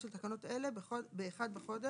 למה?